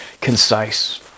concise